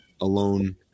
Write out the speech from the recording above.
alone